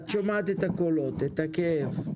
את שומעת את הקולות והכאב,